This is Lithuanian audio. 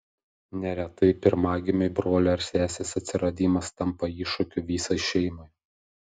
neretai pirmagimiui brolio ar sesės atsiradimas tampa iššūkiu visai šeimai